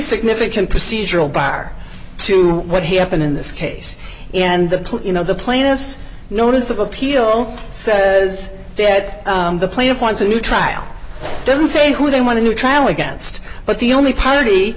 significant procedural bar to what happened in this case and the you know the plaintiff's notice of appeal says that the plaintiff wants a new trial doesn't say who they want a new trial against but the only party